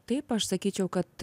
taip aš sakyčiau kad